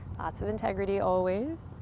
lots of integrity always.